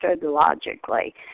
logically